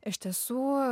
iš tiesų